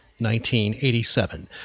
1987